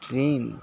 train